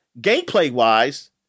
gameplay-wise